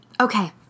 Okay